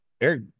Eric